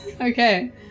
Okay